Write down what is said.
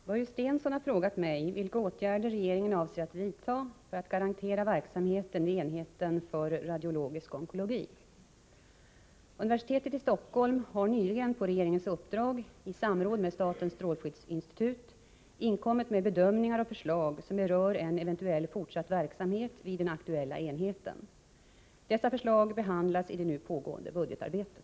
Herr talman! Börje Stensson har frågat mig vilka åtgärder regeringen avser att vidta för att garantera verksamheten vid enheten för radiologisk onkologi. Universitetet i Stockholm har nyligen, på regeringens uppdrag, i samråd med statens strålskyddsinstitut inkommit med bedömningar och förslag som berör en eventuell fortsatt verksamhet vid den aktuella enheten. Dessa förslag behandlas i det nu pågående budgetarbetet.